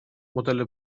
modelle